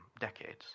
decades